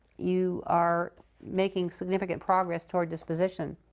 you are making significant progress toward disposition.